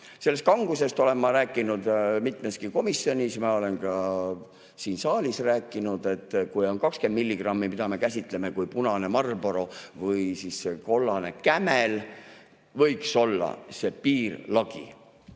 Sellest kangusest olen ma rääkinud mitmeski komisjonis, ma olen ka siin saalis rääkinud. 20 milligrammi, mida me käsitleme kui punast Marlborot või kollast Camelit, võiks olla see piir, lagi.